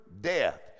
death